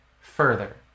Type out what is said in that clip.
further